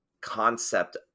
concept